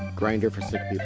grinder for sick